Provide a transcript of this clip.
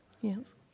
Yes